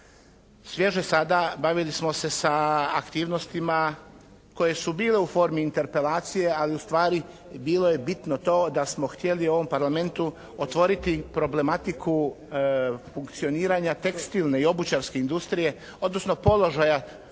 Svježe sada bavili smo se sa aktivnostima koje su bile u formi interpelacije, ali ustvari bilo je bitno to da smo htjeli ovom Parlamentu otvoriti problematiku funkcioniranja tekstilne i obućarske industrije, odnosno položaja